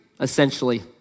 essentially